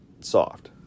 soft